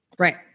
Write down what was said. Right